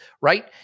right